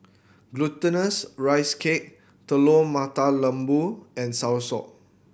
Glutinous Rice Cake Telur Mata Lembu and Soursop